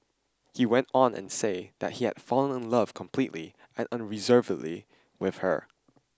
he went on and said that he had fallen in love completely and unreservedly with her